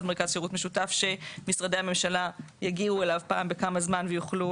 מרכז שירות משותף שמשרדי הממשלה יגיעו אליו פעם בכמה זמן ויוכלו